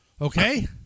Okay